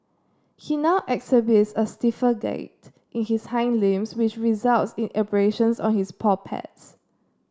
he now exhibits a stiffer gait in his hind limbs which results in abrasions on his paw pads